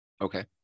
okay